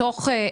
השתתפתי